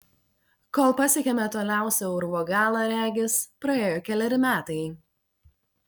kol pasiekėme toliausią urvo galą regis praėjo keleri metai